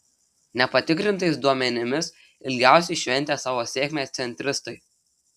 nepatikrintais duomenimis ilgiausiai šventė savo sėkmę centristai